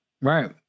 Right